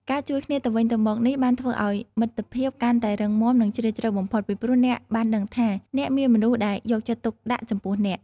ការជួយគ្នាទៅវិញទៅមកនេះបានធ្វើឱ្យមិត្តភាពកាន់តែរឹងមាំនិងជ្រាលជ្រៅបំផុត ពីព្រោះអ្នកបានដឹងថា អ្នកមានមនុស្សដែលយកចិត្តទុកដាក់ចំពោះអ្នក។